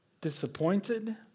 disappointed